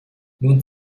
nun